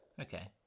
Okay